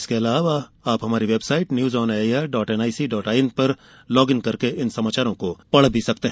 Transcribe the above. इसके अलावा आप हमारी website news on A I R dot N I C dot I N पर लॉग इन कर इन समाचारों को पढ़ भी सकते हैं